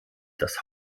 das